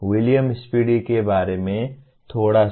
William Spady के बारे में थोड़ा सा